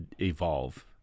evolve